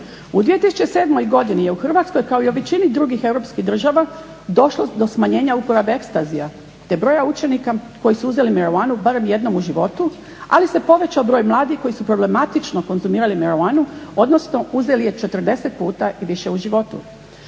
U 2007. godini je u Hrvatskoj kao i u većini drugih europskih država došlo do smanjenja uporabe ecstasya te broja učenika koji su uzeli marihuanu barem jednom u životu, ali se povećao broj mladih koji su problematično konzumirali marihuanu, odnosno uzeli je 40 puta i više u životu.